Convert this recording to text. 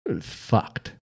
fucked